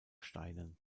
steinen